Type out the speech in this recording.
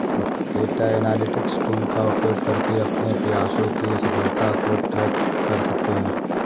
data analytics tool का उपयोग करके अपने प्रयासों की सफलता को ट्रैक कर सकते है